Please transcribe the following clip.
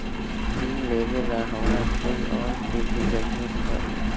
ऋन लेबेला हमरा कोई और के भी जरूरत परी?